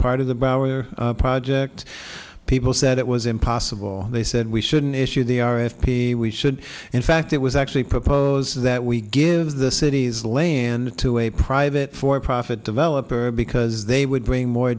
part of the bower project people said it was impossible they said we should an issue the r f p we should in fact it was actually propose that we give the city's lon to a private for profit developer because they would bring more